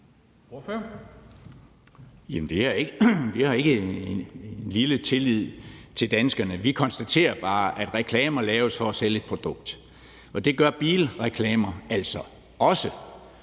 vi har ikke en lille tillid til danskerne. Vi konstaterer bare, at reklamer laves for at sælge et produkt, og det gør bilreklamer altså også,